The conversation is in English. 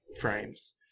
frames